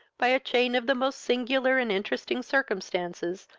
by a chain of the most singular and interesting circumstances,